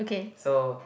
so